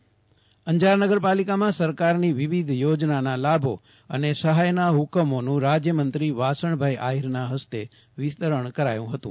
અંજાર રાજયમંત્રી અંજાર નગરપાલિકામાં સરકારની વિવિધ યોજનાના લાભો અને સફાયના ફકમોનું રાજ્યમંત્રી વાસણભાઈ આફીરના ફસ્તે વિતરણ કરાયું ફતું